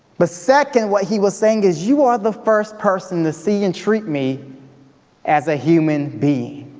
but second, what he was saying is you are the first person to see and treat me as a human being.